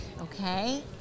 Okay